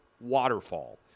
waterfall